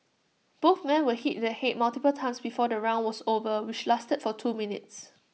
both men were hit the Head multiple times before the round was over which lasted for two minutes